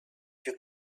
you